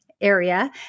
area